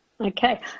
Okay